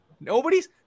Nobody's